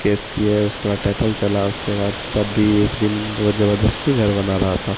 case किए उसके बाद टाइटल चला उसके बाद तब भी एक दिन वह ज़बरदस्ती घर बना रहा था